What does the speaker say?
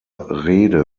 rede